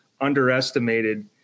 underestimated